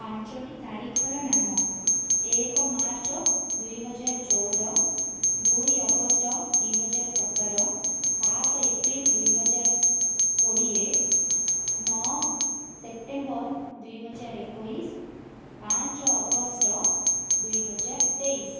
ପାଞ୍ଚଟି ତାରିଖର ନାମ ଏକ ମାର୍ଚ୍ଚ ଦୁଇହଜାର ଚଉଦ ଦୁଇ ଅଗଷ୍ଟ ଦୁଇହଜାର ସତର ସାତ ଏପ୍ରିଲ ଦୁଇହଜାର କୋଡ଼ିଏ ନଅ ସେପ୍ଟେମ୍ବର ଦୁଇହଜାର ଏକୋଇଶ ପାଞ୍ଚ ଅଗଷ୍ଟ ଦୁଇହଜାର ତେଇଶ